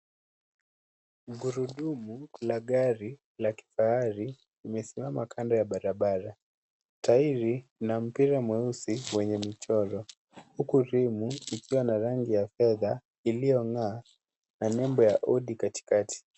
Gurudumu la gari la kifahari limesimama kando ya barabara. Tairi na mpira mweusi wenye michoro huku rimu ikiwa na rangi ya fedha iliyong'aa na nembo ya udi katikati.